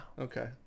Okay